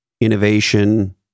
innovation